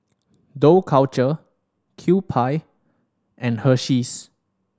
Dough Culture Kewpie and Hersheys